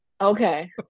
Okay